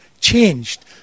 changed